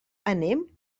anem